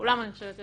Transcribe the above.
לכולם אני חושבת,